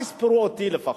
אל תספרו אותי לפחות.